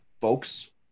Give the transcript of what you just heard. folks